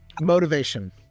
Motivation